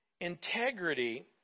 integrity